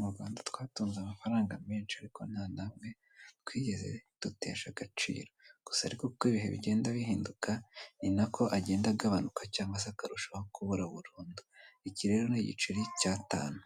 Mu Rwanda twatunze amafaranga menshi ariko ntanamwe twigeze dutesha agaciro, gusa ariko kuko ibihe bigenda bihinduka ninako agenda agabanuka cyangwa se akarushaho kubura burundu. Iki rero n'igiceri cy'atanu